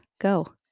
Go